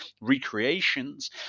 recreations